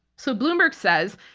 so bloomberg says,